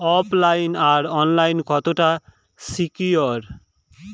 ওফ line আর online কতটা secure?